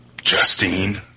Justine